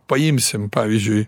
paimsime pavyzdžiui